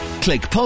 click